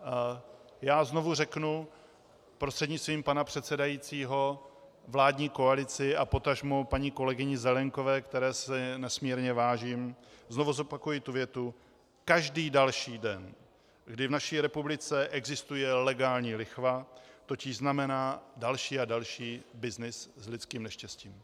A já znovu řeknu prostřednictvím pana předsedajícího vládní koalici a potažmo paní kolegyni Zelienkové, které si nesmírně vážím, znovu zopakuji tu větu: Každý další den, kdy v naší republice existuje legální lichva, totiž znamená další a další byznys s lidským neštěstím.